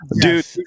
dude